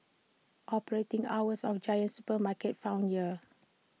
operating hours of giant supermarkets found here